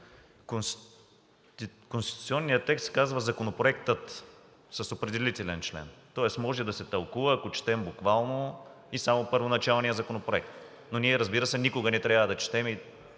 Конституционният текст казва: „Законопроектът“ с определителен член, тоест може да се тълкува, ако четем буквално и само първоначалния законопроект, но ние, разбира се, никога не трябва да четем